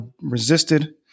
resisted